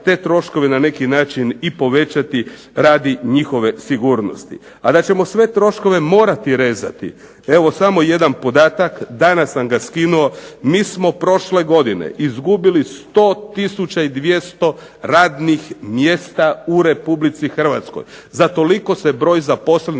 te troškove na neki način i povećati radi njihove sigurnosti. A da ćemo sve troškove morati rezati, evo samo jedan podatak, danas sam ga skinuo. Mi smo prošle godine izgubili 100 tisuća 200 radnih mjesta u Republici Hrvatskoj. Za toliko se broj zaposlenih